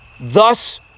thus